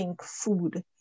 food